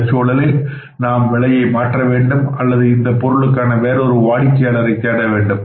இந்தச் சூழலில் நாம் விலையை மாற்ற வேண்டும் அல்லது இந்தப் பொருளுக்கான வேறொரு வாடிக்கையாளரை தேடவேண்டும்